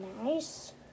Nice